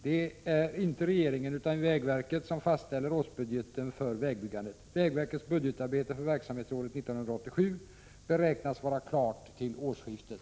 Det är inte regeringen utan vägverket som fastställer årsbudgeten för vägbyggandet. Vägverkets budgetarbete för verksamhetsåret 1987 beräknas vara klart till årsskiftet.